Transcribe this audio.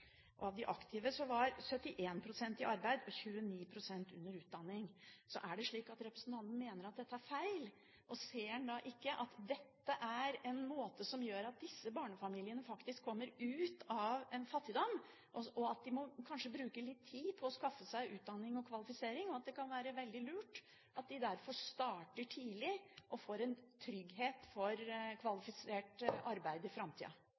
Av de aktive var 71 pst. i arbeid og 29 pst. under utdanning. Mener representanten at dette er feil? Ser han ikke at dette er en måte som bidrar til at disse barnefamiliene faktisk kommer seg ut av fattigdom på, at de kanskje må bruke litt tid på å skaffe seg utdanning og kvalifisering, og at det derfor kan være veldig lurt at de starter tidlig og får en trygghet for kvalifisert arbeid i